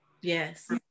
Yes